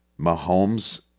Mahomes